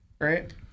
right